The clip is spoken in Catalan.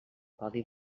codi